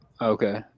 okay